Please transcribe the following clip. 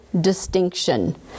distinction